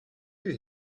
you